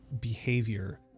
behavior